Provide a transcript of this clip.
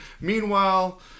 meanwhile